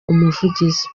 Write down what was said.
umuvugizi